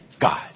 God